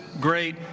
great